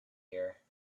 here